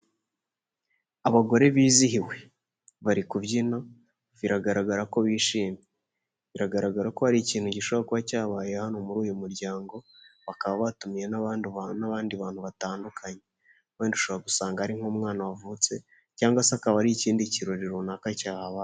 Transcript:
Abagore bizihiwe bari kubyina biragaragara ko bishimye, biragaragara ko hari ikintu gishobora kuba cyabaye hano muri uyu muryango, bakaba batumiwe n'abandi bantu batandukanye, wenda ushobora gusanga hari nk'umwana wavutse cyangwa se akaba ari ikindi kirori runaka cyahabaye.